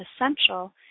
essential